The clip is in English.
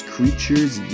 Creatures